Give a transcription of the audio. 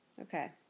Okay